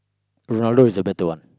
Ronaldo is the better one